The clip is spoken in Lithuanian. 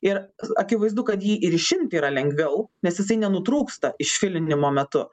ir akivaizdu kad jį ir išimti yra lengviau nes jisai nenutrūksta išfilinimo metu